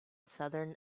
southern